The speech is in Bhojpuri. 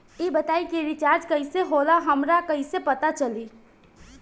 ई बताई कि रिचार्ज कइसे होला हमरा कइसे पता चली?